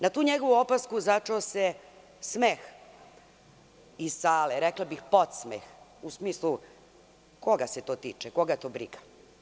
Na tu njegovu opasku začuo se smeh iz sale, rekla bih podsmeh, u smislu – koga se to tiče, koga to briga.